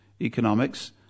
economics